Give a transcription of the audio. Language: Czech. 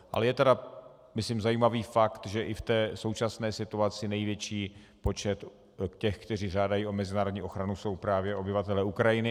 Ale je myslím zajímavý fakt, že i v té současné situaci největší počet těch, kteří žádají o mezinárodní ochranu, jsou právě obyvatelé Ukrajiny.